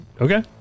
okay